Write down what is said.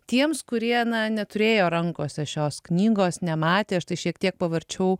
tiems kurie neturėjo rankose šios knygos nematė aš tai šiek tiek pavarčiau